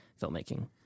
filmmaking